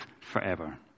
forever